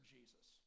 Jesus